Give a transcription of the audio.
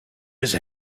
his